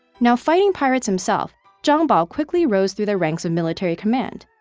now fighting pirates himself, zhang bao quickly rose through the ranks of military command,